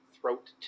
throat